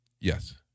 Yes